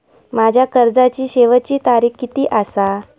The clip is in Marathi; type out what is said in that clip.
माझ्या कर्जाची शेवटची तारीख किती आसा?